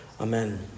amen